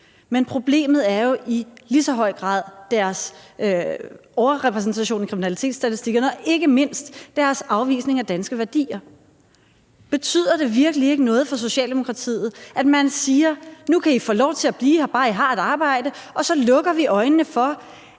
Men problemet er jo i lige så høj grad deres overrepræsentation i kriminalitetsstatistikkerne og ikke mindst deres afvisning af danske værdier. Betyder det virkelig ikke noget for Socialdemokratiet, at man siger: Nu kan I få lov til at blive her, bare I har et arbejde, og så lukker vi øjnene for,